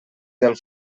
del